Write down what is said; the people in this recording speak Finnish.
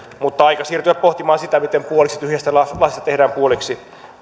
mutta on aika siirtyä pohtimaan sitä miten puoliksi tyhjästä lasista tehdään puoliksi